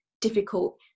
difficult